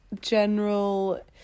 general